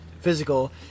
physical